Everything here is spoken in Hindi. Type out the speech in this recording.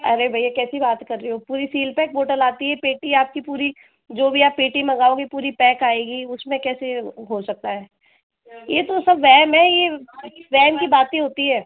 अरे भैया कैसी बात कर रहे हो पूरी सील पैक बॉटल आती हैं पेटी आपकी पूरी जो भी आप पेटी मंगाओगे पूरी पैक आएगी उसमें कैसे हो सकता है ये तो सब वहम है ये वहम की बातें होती हैं